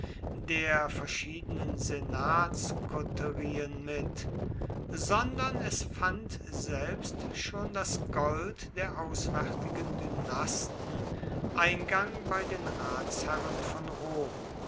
der verschiedenen senatskoterien mit sondern es fand selbst schon das gold der auswärtigen dynasten eingang bei den ratsherren von rom